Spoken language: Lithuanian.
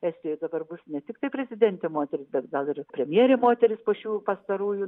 estijoj dabar bus ne tiktai prezidentė moteris bet gal ir premjerė moteris po šių pastarųjų